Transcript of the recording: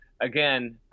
Again